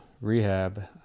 rehab